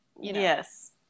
yes